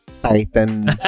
Titan